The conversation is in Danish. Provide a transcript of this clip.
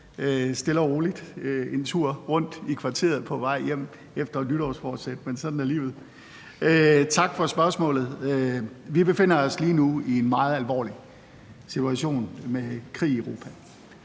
hjem fra en tur rundt i kvarteret efter et nytårsforsæt. Men sådan er livet. Tak for spørgsmålet. Vi befinder os lige nu i en meget alvorlig situation med krig i Europa,